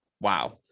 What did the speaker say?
wow